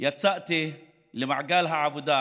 יצאתי למעגל העבודה,